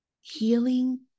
Healing